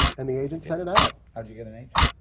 and the agent sent it out. how did you get an agent?